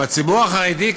בציבור החרדי,